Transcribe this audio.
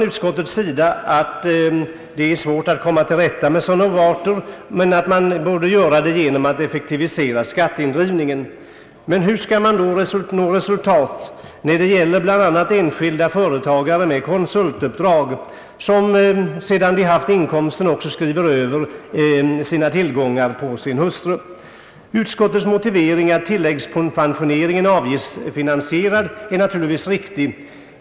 Utskottet anför att det är svårt att komma till rätta med sådana avarter men att man borde göra det genom att effektivisera skatteindrivningen. Hur skall man då nå resultat bl.a. då det gäller en enskild företagare med konsultföretag som, sedan han har haft inkomsterna, skriver över sina tillgångar på sin bhustru? Utskottets motivering att tilläggspensioneringen är en avgiftspensionering är naturligtvis riktig.